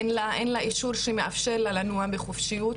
אין לה אישור שמאפשר לה לנוע בחופשיות.